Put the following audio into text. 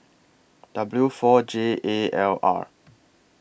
W four J A L R